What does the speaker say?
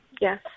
yes